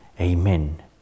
Amen